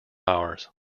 hours